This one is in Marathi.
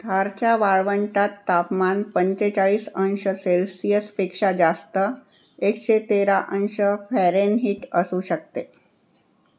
थारच्या वाळवंटात तापमान पंचेचाळीस अंश सेल्सिअसपेक्षा जास्त एकशे तेरा अंश फॅरेनहीट असू शकते